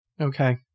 Okay